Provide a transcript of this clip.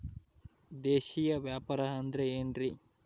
ದೇಶೇಯ ವ್ಯಾಪಾರ ಅಂದ್ರೆ ಏನ್ರಿ?